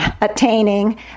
attaining